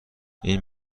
این